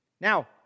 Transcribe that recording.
Now